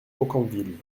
aucamville